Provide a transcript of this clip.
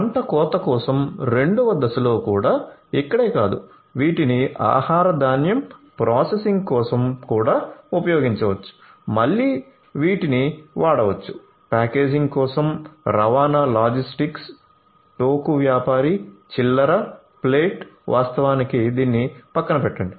పంటకోత కోసం 2 వ దశలో కూడా ఇక్కడే కాదు వీటిని ఆహార ధాన్యం ప్రాసెసింగ్ కోసం కూడా ఉపయోగించవచ్చు మళ్ళీ వీటిని వాడవచ్చు ప్యాకేజింగ్ కోసం రవాణా లాజిస్టిక్స్ టోకు వ్యాపారి చిల్లర ప్లేట్ వాస్తవానికి దీనిని పక్కన పెట్టండి